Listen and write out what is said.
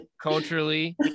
Culturally